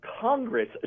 Congress